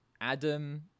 Adam